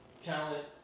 talent